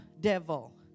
devil